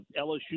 LSU